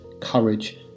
courage